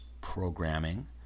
programming